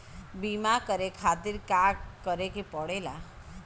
बीमा करे खातिर का करे के पड़ेला?